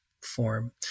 form